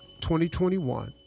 2021